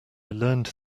learned